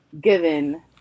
given